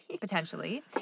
potentially